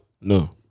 no